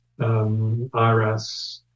IRS